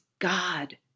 God